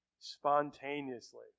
spontaneously